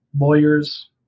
lawyers